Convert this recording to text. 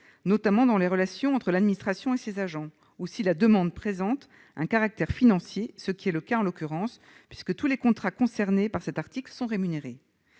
notamment dans les relations entre l'administration et ses agents, ou si la demande présente un caractère financier, ce qui est le cas en l'occurrence, puisque tous les contrats concernés par cet article sont rémunérés.